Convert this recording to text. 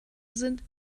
sind